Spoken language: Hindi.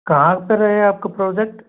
कहाँ पर है आपका प्रोजेक्ट